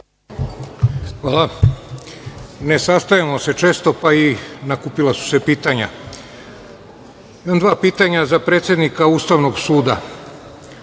Hvala. Ne sastajemo se često, pa i nakupila su se pitanja. Imam dva pitanja za predsednika Ustavnog suda.